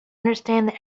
understand